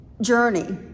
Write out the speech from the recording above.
journey